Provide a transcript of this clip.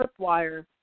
tripwire